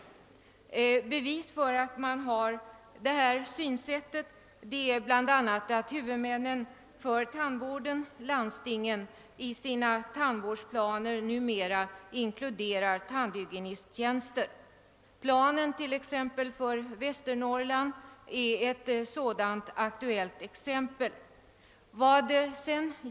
Ett bevis för att man har detta synsätt är bl.a. att landstingen, som är tandvårdens huvudmän, i sina tandvårdsplaner numera inkluderar även tandhygienisttjänster. Ett exempel härpå är bl.a. planen för Västernorrland.